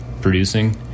producing